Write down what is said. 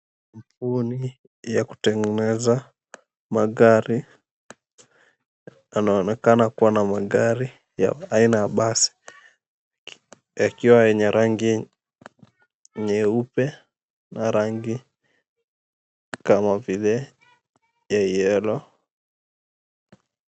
Fundi wa kutengeneza magari, anaonekana kuwa na magari ya aina ya basi. Yakiwa yenye rangi nyeupe na rangi kama vile ya yellow .